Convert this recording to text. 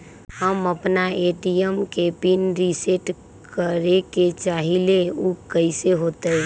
हम अपना ए.टी.एम के पिन रिसेट करे के चाहईले उ कईसे होतई?